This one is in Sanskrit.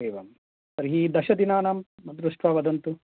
एवम् तर्हि दशदिनानां दृष्ट्वा वदन्तु